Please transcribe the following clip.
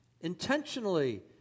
Intentionally